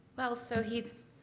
well, so he's,